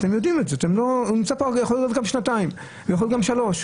הוא יכול להיות גם שנתיים ושלוש שנים.